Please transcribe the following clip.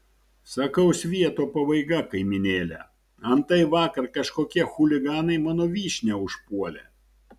sakau svieto pabaiga kaimynėle antai vakar kažkokie chuliganai mano vyšnią užpuolė